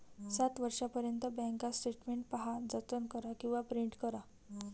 सात वर्षांपर्यंत bank statement पहा, जतन करा किंवा प्रिंट करा